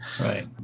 Right